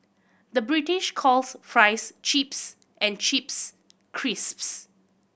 the British calls fries chips and chips crisps